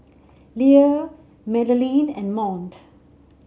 Lea Madelyn and Mont